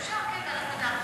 אפשר, כן, ועדת המדע.